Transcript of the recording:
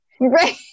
Right